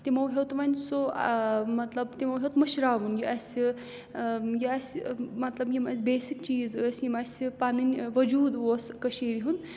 تِمو ہیوٚت وۄنۍ سُہ مطلب تِمو ہیوٚت مٔشراوُن یہِ اَسہِ یہِ اَسہِ مطلب یِم اَسہِ بیسِک چیٖز ٲسۍ یِم اَسہِ پَنٕنۍ وجوٗد اوس کٔشیٖرِ ہُنٛد